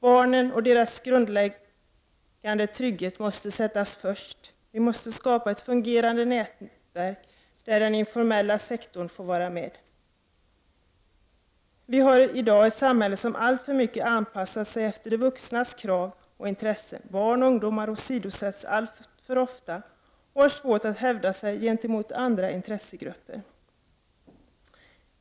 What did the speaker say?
Barnen och deras grundläggande trygghet måste sättas först. Vi måste skapa ett fungerande nätverk, där den informella sektorn får vara med. Vi har i dag ett samhälle som alltför mycket anpassat sig efter de vuxnas krav och intressen. Barn och ungdom åsidosätts alltför ofta och har svårt att hävda sig gentemot andra intressegrupper.